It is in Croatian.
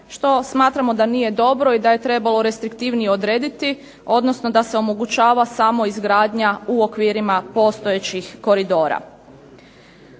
što smatramo da nije dobro i da je trebalo restriktivnije odrediti, odnosno da se omogućava samo izgradnja u okvirima postojećih koridora.